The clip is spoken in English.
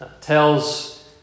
tells